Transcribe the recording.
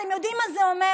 אתם יודעים מה זה אומר?